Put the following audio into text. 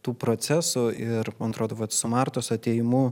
tų procesų ir man atrodo vat su martos atėjimu